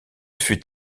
fut